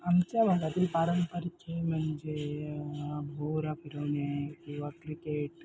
आमच्या भागातील पारंपारिक खेळ म्हणजे भोरा फिरवणे किंवा क्रिकेट